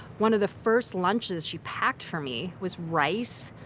one of the first lunches she packed for me was rice,